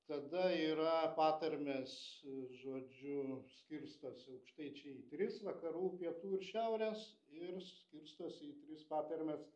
tada yra patarmės žodžiu skirstosi aukštaičiai į tris vakarų pietų ir šiaurės ir skirstosi į tris patarmes